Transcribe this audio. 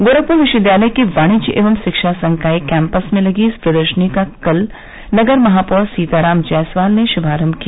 गोरखपुर विश्वविद्यालय के वाणिज्य एवं शिक्षा संकाय कैम्पस में लगी इस प्रदर्शनी का नगर महापौर सीताराम जायसवाल ने कल शुभारंभ किया